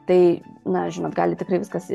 tai na žinot gali tikrai viskas